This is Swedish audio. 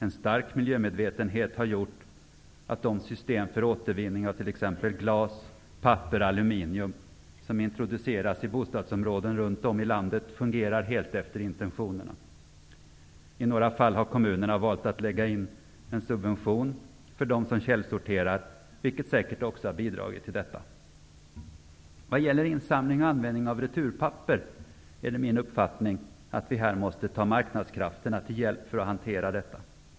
En stark miljömedvetenhet har medfört att de system för återvinning av t.ex. glas, papper och aluminium som introduceras i bostadsområden runt om i landet fungerar helt efter intentionerna. I några fall har kommunerna valt att lägga in en subvention för dem som källsorterar, vilket säkert också har bidragit till detta. Vad gäller insamling och användning av returpapper är det min uppfattning att vi måste ta marknadskrafterna till hjälp för att hantera detta.